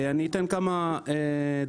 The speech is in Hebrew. אני אתן כמה דגשים,